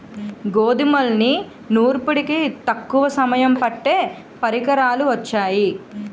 గోధుమల్ని నూర్పిడికి తక్కువ సమయం పట్టే పరికరాలు వొచ్చాయి